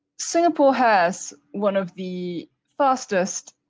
singapore has one of the fastest,